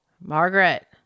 Margaret